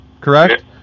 correct